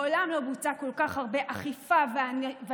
מעולם לא בוצעו כל כך הרבה אכיפה וענישה